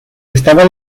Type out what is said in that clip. estaba